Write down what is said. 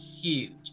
huge